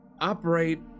operate